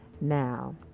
Now